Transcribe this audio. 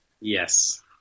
Yes